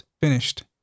finished